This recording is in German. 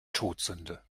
todsünde